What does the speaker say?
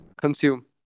consume